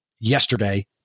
yesterday